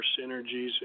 synergies